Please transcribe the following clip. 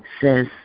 says